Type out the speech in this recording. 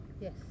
Yes